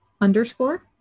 underscore